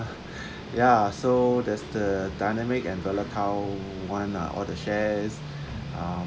ya so there's the dynamic and volatile one ah all the shares um